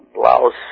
blouse